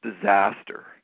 disaster